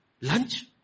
Lunch